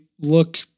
look